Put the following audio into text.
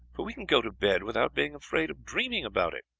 for we can go to bed without being afraid of dreaming about it.